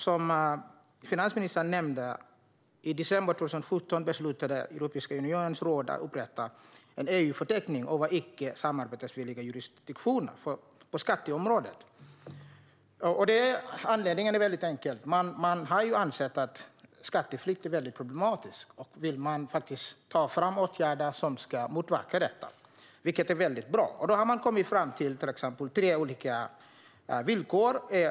Som finansministern nämnde beslutade Europeiska unionens råd att upprätta en EU-förteckning över icke samarbetsvilliga jurisdiktioner på skatteområdet. Anledningen är väldigt enkel: Man har ansett att skatteflykt är problematiskt och velat ta fram åtgärder för att motverka detta, vilket är väldigt bra. Man har kommit fram till tre olika villkor.